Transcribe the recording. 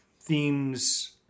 themes